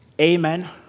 Amen